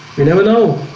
we never know